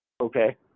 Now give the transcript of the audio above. Okay